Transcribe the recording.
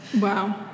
Wow